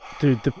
Dude